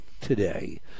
today